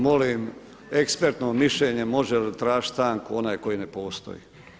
Molim ekspertno mišljenje može li tražiti stanku onaj koji ne postoji?